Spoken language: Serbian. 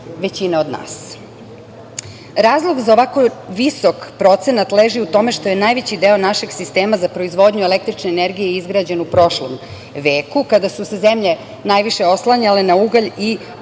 većine od nas. Razlog za ovako visok procenat leži u tome što je najveći deo našeg sistema za proizvodnju električne energije izgrađen u prošlom veku, kada su se zemlje najviše oslanjale na ugalj i potencijal